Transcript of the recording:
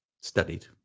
Studied